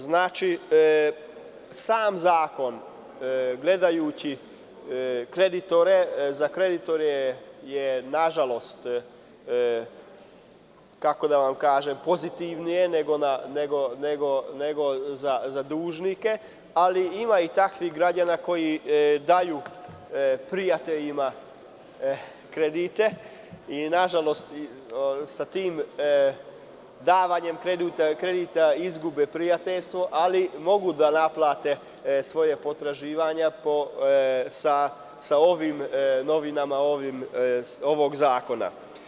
Sam zakon, gledajući kreditore, za kreditore je nažalost, kako da vam kažem, pozitivnije, nego za dužnike, ali ima i takvih građana koji daju prijateljima kredite i sa tim davanjem kredita izgube prijateljstvo, ali mogu da naplate svoje potraživanje sa novinama ovog zakona.